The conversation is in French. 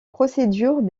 procédures